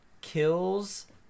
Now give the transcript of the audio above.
kills